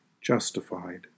justified